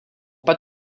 pas